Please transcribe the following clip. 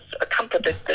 accompanied